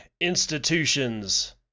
Institutions